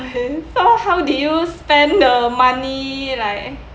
okay so how do you spend the money like